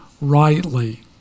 rightly